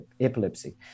epilepsy